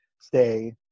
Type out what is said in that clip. stay